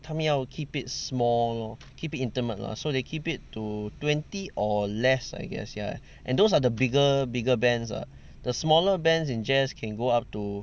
他们要 keep it small lor keep it intimate lah so they keep it to twenty or less I guess yeah and those are the bigger bigger bands ah the smaller bands in jazz can go up to